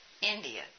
India